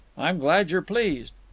i'm glad you're pleased.